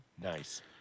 Nice